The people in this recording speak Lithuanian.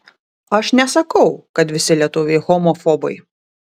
aš nesakau kad visi lietuviai homofobai